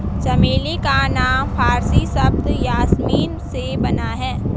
चमेली का नाम फारसी शब्द यासमीन से बना है